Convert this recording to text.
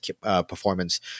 performance